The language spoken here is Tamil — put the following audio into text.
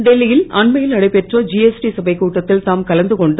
டெல்லியில் அண்மையில் நடைபெற்ற ஜிஎஸ்டி சபைக் கூட்டத்தில் தாம் கலந்துகொண்டு